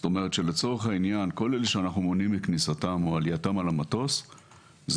כל אלה שאנחנו מונעים את כניסתם או עלייתם למטוס הם